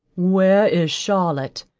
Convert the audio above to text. where is charlotte?